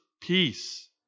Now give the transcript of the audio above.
peace